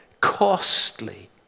costly